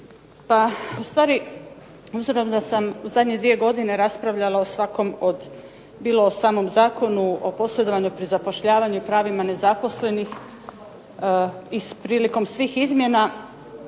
Pa ustvari obzirom da sam u zadnje 2 godine raspravljala o svakom od bilo o samom Zakonu o posredovanju pri zapošljavanju i pravima nezaposlenih i prilikom svih izmjena